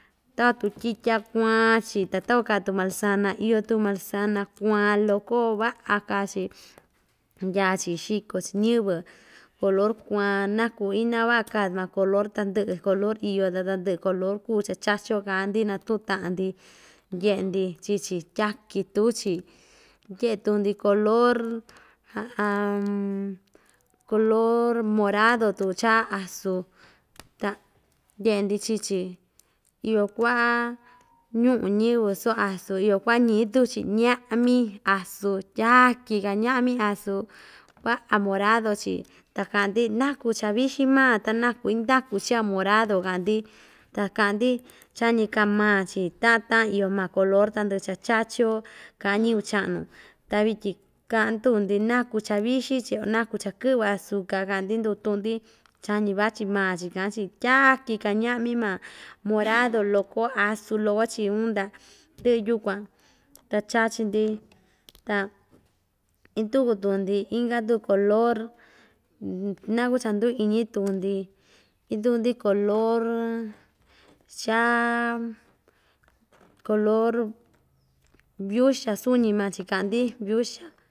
Takuan tuku tyitya kuan‑chi ta takuan kaa tuku manzana iyo tuku manzana kuaan loko vaꞌa kaa‑chi ndyaa‑chi xiko‑chi ñiyɨvɨ color kuan naku ina vaꞌa kaa tuma color tandɨꞌɨ color iyo ta tandɨꞌɨ color kuu cha chachi‑yo kaꞌa‑ndi natuꞌun taꞌa‑ndi ndyeꞌe‑ndi chii‑chi tyaki tuu‑chi ndyeꞌe tuku‑ndi color color morado tuku cha azu ta ndyeꞌe‑ndi chii‑chi iyo kuaꞌa ñuꞌu ñiyɨvɨ soo azu iyo kuaꞌa ñiꞌi tuku‑chi ñaꞌmi azu tyaki kaa ñaꞌmi azu vaꞌa morado‑chi ta kaꞌa‑ndi naku cha vixi maa ta naku indaku‑chi a morado kaꞌa‑ndi ta kaꞌa‑ndi chañi kaa maa‑chi taꞌan taꞌan iyo maa color tandɨꞌɨ cha chachi‑yo kaꞌan ñiyɨvɨ chaꞌnu ta vityin kaꞌan tuku‑ndi naku cha vixi‑chi a naku cha kɨꞌvɨ azuca kaꞌa‑ndi nduku tuꞌu‑ndi chañi vachi maa‑chi kaꞌan‑chi tyaki kaa ñaꞌmi maa morado azu loko‑chi uun ta ndɨꞌɨ yukuan ta chachi‑ndi ta induku tuku‑ndi inka tuku color naku cha nduu iñi tuku‑ndi induku‑ndi color chaa color yuxa suñi maa‑chi kaꞌa‑ndi yuxa.